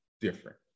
different